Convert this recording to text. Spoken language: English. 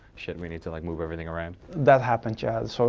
shit, we need to like move everything around? that happened, yeah. so